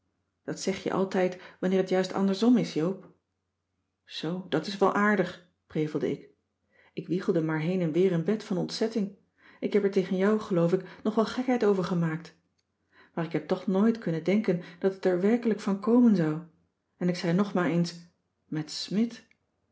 dat zeg je altijd wanneer t juist andersom is joop zoo dat is wel aardig prevelde ik ik wiegelde maar heen en weer in bed van ontzetting ik heb er tegen jou geloof ik nog wel gekheid over gemaakt maar ik heb toch nooit kunnen denken dat het er werkelijk van komen zou en ik zei nog maar eens met smidt